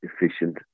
efficient